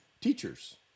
teachers